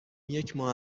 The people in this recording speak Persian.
یکماه